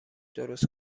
درست